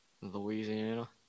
Louisiana